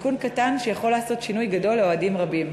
תיקון קטן שיכול לעשות שינוי גדול לאוהדים רבים,